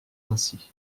ainsi